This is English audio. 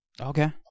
Okay